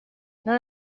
non